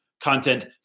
content